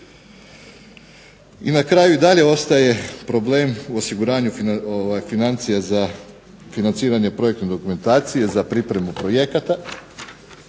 I na kraju i dalje ostaje problem u osiguranju financija za financiranje projektne dokumentacije za pripremu projekata